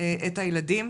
את הילדים.